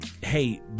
hey